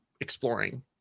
exploring